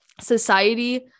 society